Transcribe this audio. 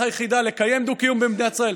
היחידה לקיים דו-קיום במדינת ישראל,